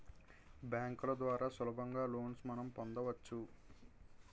బ్యాంకుల ద్వారా సులభంగా లోన్స్ మనం పొందవచ్చు